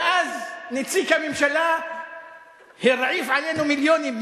ואז נציג הממשלה הרעיף עלינו מיליונים,